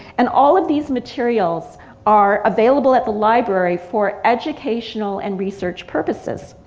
and all of these materials are available at the library for educational and research purposes.